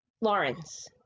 Lawrence